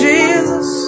Jesus